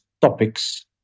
topics